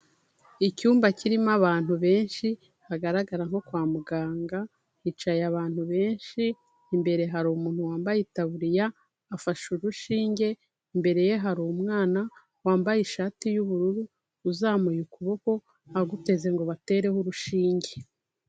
Icyumba kirimo abantu benshi hagaragara nko kwa muganga, hicaye abantu benshi, imbere hari umuntu wambaye itaburiya, afashe urushinge, imbere ye hari umwana, wambaye ishati y'ubururu, uzamuye ukuboko, aguteze ngo batereho urushinge.